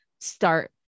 start